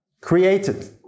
created